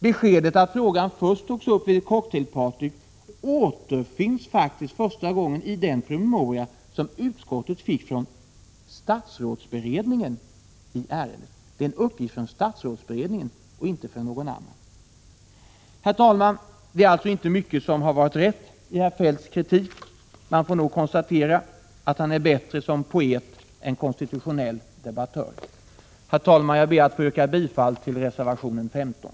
Beskedet att frågan först togs upp vid ett cocktailparty återfinns faktiskt första gången i den promemoria som utskottet fick från statsrådsberedningen i ärendet. Det är alltså en uppgift från statsrådsbered 89 ningen, och inte från någon annan. Herr talman! Det är inte mycket som har varit rätt i herr Feldts kritik. Man får nog konstatera att han är bättre som poet än som konstitutionell debattör. Jag ber att få yrka bifall till reservation 15.